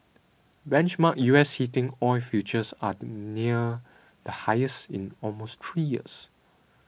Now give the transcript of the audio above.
benchmark U S heating oil futures are near the highest in almost three years